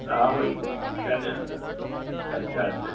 हा उहो ई किथे अच्छा अच्छा